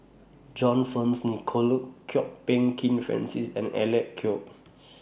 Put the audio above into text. John Fearns Nicoll Kwok Peng Kin Francis and Alec Kuok